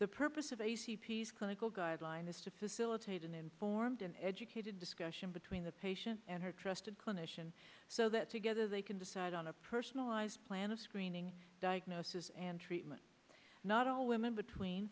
the purpose of a clinical guidelines is to facilitate an informed and educated discussion between the patient and her trusted clinician so that together they can decide on a personalized plan of screening diagnosis and treatment not all women between